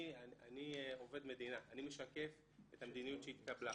אני עובד מדינה, אני משקף את המדיניות שהתקבלה.